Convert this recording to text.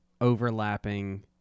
overlapping